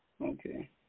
Okay